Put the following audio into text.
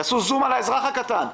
תעשו זום על האזרח הקטן,